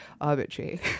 arbitrary